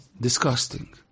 disgusting